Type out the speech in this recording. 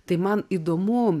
tai man įdomu